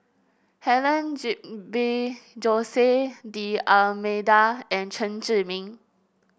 Helen Gilbey Jose D'Almeida and Chen Zhiming